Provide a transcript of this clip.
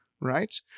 Right